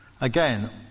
Again